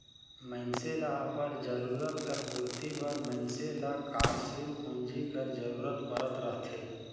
मइनसे ल अपन जरूरत कर पूरति बर मइनसे ल कारसील पूंजी कर जरूरत परत रहथे